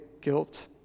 guilt